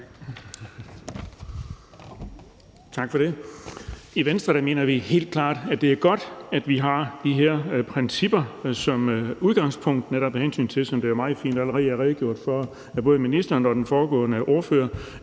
Tak for det. I Venstre mener vi helt klart, at det er godt, at vi har de her principper som udgangspunkt, netop af hensyn til, som det meget fint allerede er redegjort for af både ministeren og den foregående ordfører,